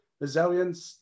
resilience